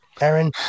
Aaron